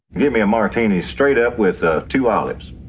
give me a martini, straight-up, with ah two olives.